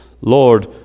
Lord